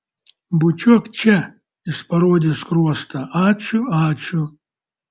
bučiuok čia jis parodė skruostą ačiū ačiū